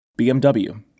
BMW